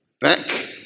back